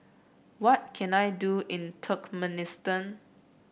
what can I do in Turkmenistan